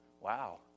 wow